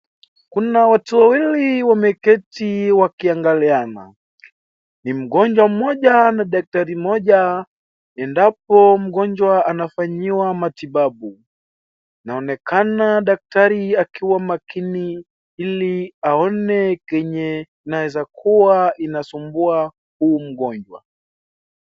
Kuna watu wawili wameketi wakiangaliana. Ni mgonjwa mmoja na daktari mmoja, endapo mgonjwa anafanyiwa matibabu. Inaonekana daktari akiwa makini ili aone kenye inaeza kuwa inasumbua huyu mgonjwa.